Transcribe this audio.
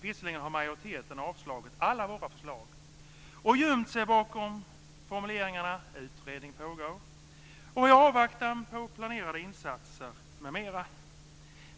Visserligen har majoriteten avslagit alla våra förslag och gömt sig bakom formuleringarna "utredning pågår", "i avvaktan på planerade insatser" m.m.